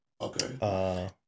Okay